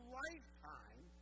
lifetime